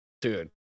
dude